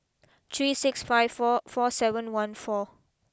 three six five four four seven one four